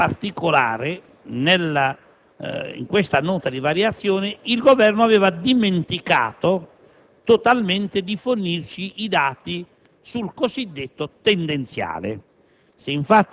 In particolare, in questa Nota di aggiornamento il Governo aveva dimenticato totalmente di fornirci i dati sul cosiddetto tendenziale.